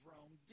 Rome